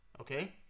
Okay